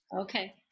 Okay